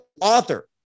author